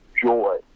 joy